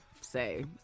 say